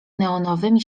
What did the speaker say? neonowymi